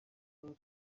aho